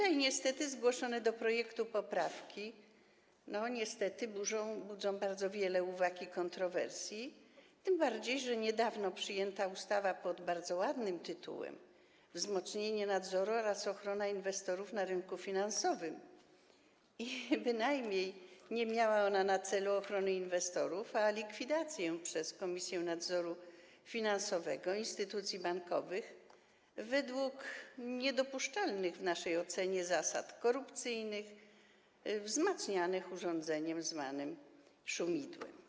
A zgłoszone do projektu poprawki niestety budzą bardzo wiele uwag i kontrowersji, tym bardziej że niedawno przyjęta ustawa pod bardzo ładnym tytułem: „wzmocnienie nadzoru oraz ochrona inwestorów na rynku finansowym”, miała na celu bynajmniej nie ochronę inwestorów, ale likwidację przez Komisję Nadzoru Finansowego instytucji bankowych według niedopuszczalnych w naszej ocenie zasad korupcyjnych wzmacnianych urządzeniem zwanym szumidłem.